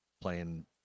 playing